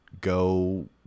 go